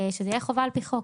שזו תהיה חובה על פי חוק.